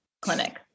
clinic